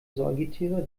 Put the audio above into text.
säugetiere